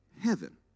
heaven